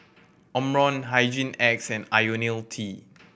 Omron Hygin X and Ionil T